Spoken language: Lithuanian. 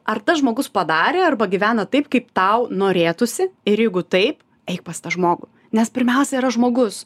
ar tas žmogus padarė arba gyvena taip kaip tau norėtųsi ir jeigu taip eik pas tą žmogų nes pirmiausia yra žmogus